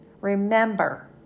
Remember